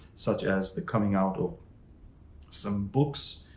such as the coming out of some books,